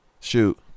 Shoot